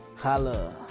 holla